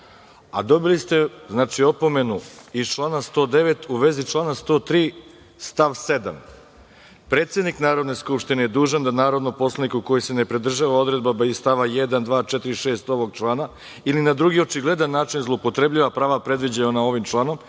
A, dobili ste opomenu iz člana 109. u vezi člana 103. stav 7. – predsednik Narodne skupštine je dužan da narodnom poslaniku koji se ne pridržava odredaba iz stavova 1, 2, 4. i 6. ovog člana, ili na drugi očigledan način zloupotrebljava prava predviđena ovim članom,